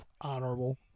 Honorable